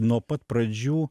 nuo pat pradžių